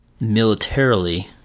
militarily